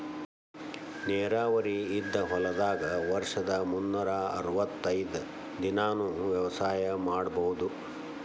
ನೇರಾವರಿ ಇದ್ದ ಹೊಲದಾಗ ವರ್ಷದ ಮುನ್ನೂರಾ ಅರ್ವತೈದ್ ದಿನಾನೂ ವ್ಯವಸಾಯ ಮಾಡ್ಬಹುದು